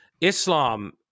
Islam